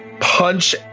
punch